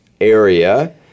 area